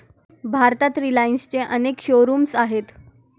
भारतात रिलायन्सचे अनेक शोरूम्स आहेत